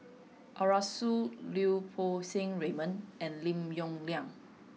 Arasu Lau Poo Seng Raymond and Lim Yong Liang